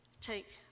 take